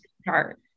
start